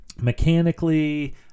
mechanically